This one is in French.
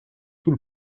tout